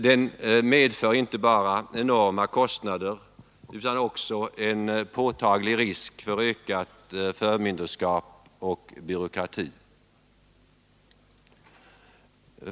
Det medför inte bara enorma kostnader utan också en påtaglig risk för ökat förmyndarskap och ökad byråkrati.